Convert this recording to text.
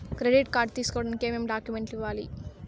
credit card తీసుకోడానికి ఏమేమి డాక్యుమెంట్లు ఇవ్వాలి